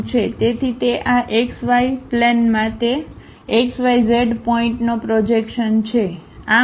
તેથી તે આ xy પ્લેનમાં તે x y z પોઇન્ટનો પ્રોજેક્શનછે